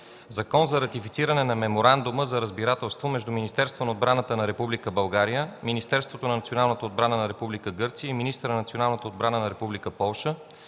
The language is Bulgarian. „ЗАКОН за ратифициране на Меморандума за разбирателство между Министерството на отбраната на Република България, Министерството на националната отбрана на Република Гърция и министъра на националната отбрана на Република Полша